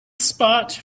spot